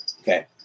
Okay